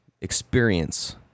Experience